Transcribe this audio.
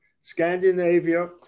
Scandinavia